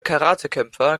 karatekämpfer